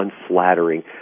unflattering